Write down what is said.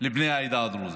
לבני העדה הדרוזית,